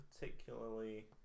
particularly